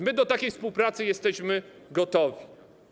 My do takiej współpracy jesteśmy gotowi.